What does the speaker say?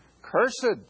Cursed